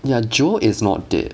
ya jewel is not dead